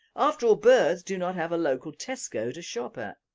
after all birds do not have a local tesco to shop at'.